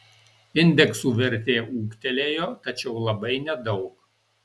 indeksų vertė ūgtelėjo tačiau labai nedaug